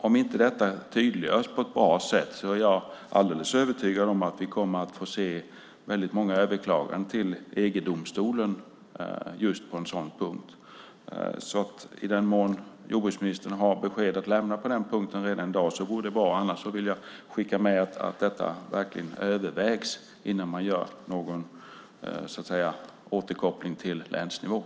Om inte detta tydliggörs på ett bra sätt är jag övertygad om att vi kommer att få se väldigt många överklaganden till EG-domstolen just på denna punkt. Om jordbruksministern hade besked att lämna på den punkten redan i dag vore det bra. Annars vill jag skicka med att detta verkligen måste övervägas innan man så att säga gör någon återkoppling till länsnivån.